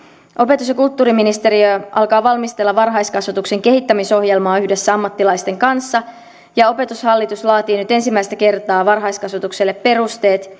opetus ja kulttuuriministeriö alkaa valmistella varhaiskasvatuksen kehittämisohjelmaa yhdessä ammattilaisten kanssa ja opetushallitus laatii nyt ensimmäistä kertaa varhaiskasvatukselle perusteet